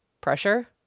pressure